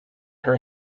her